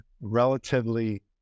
relatively